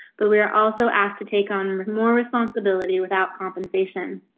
but we are also asked to take on more responsibility without compensation.